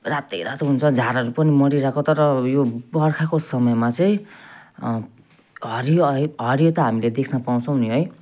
रातै रातो हुन्छ झारहरू पनि मरिरहेको तर यो बर्खाको समयमा चाहिँ हरियो है हरियो त हामीले देख्न पाउँछौँ नि है